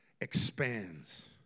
expands